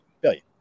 billion